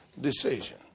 decision